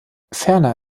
ferner